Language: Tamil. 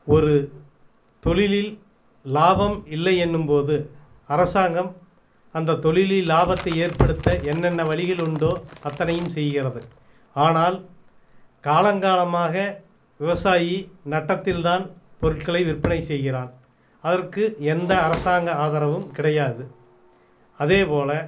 ஒரு தொழிலில் லாபம் இல்லை எனும்போது அரசாங்கம் அந்த தொழிலில் லாபத்தை ஏற்படுத்த என்னென்ன வழிகள் உண்டோ அத்தனையும் செய்கிறது ஆனால் காலங்காலமாக விவசாயி நட்டத்தில் தான் பொருட்களை விற்பனை செய்கிறான் அதற்கு எந்த அரசாங்க ஆதரவும் கிடையாது அதேபோல